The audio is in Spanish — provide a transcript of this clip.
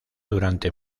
durante